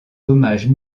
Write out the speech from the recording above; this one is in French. hommages